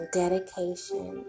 dedication